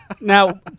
Now